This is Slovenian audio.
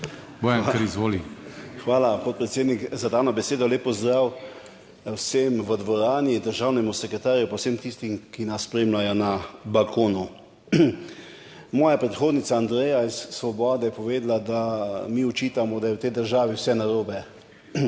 (PS SDS):** Hvala podpredsednik za dano besedo. Lep pozdrav vsem v dvorani, državnemu sekretarju, pa vsem tistim, ki nas spremljajo na balkonu! Moja predhodnica Andreja iz Svobode je povedala, da mi očitamo, da je v tej državi vse narobe.